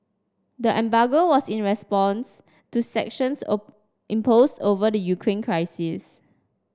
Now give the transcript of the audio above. the embargo was in response to sanctions impose over the Ukraine crisis